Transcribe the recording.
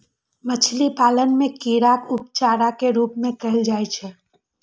मछली पालन मे कीड़ाक उपयोग चारा के रूप मे कैल जाइ छै